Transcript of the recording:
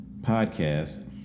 podcast